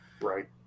Right